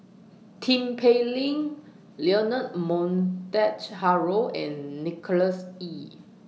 Tin Pei Ling Leonard Montague Harrod and Nicholas Ee